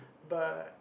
the